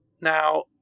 Now